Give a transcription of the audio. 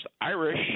Irish